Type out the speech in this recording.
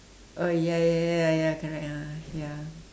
oh ya ya ya ya correct ah ya